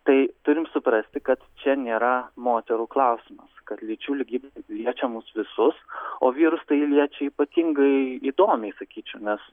tai turim suprasti kad čia nėra moterų klausimas kad lyčių lygybė liečia mus visus o vyrus tai liečia ypatingai įdomiai sakyčiau nes